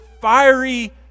fiery